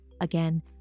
again